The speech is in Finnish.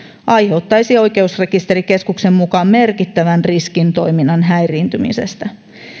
aiheuttaisi oikeusrekisterikeskuksen mukaan merkittävän riskin toiminnan häiriintymisestä